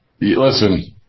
listen